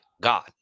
God